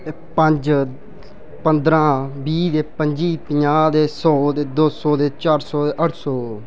ते पंज पंदरां बीह् ते पं'जी पंजाह् ते सौ ते दौ सौ ते चार सौ ते अट्ठ सौ